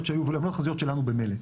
שהיו וגם הן לא התחזיות שלנו במילא.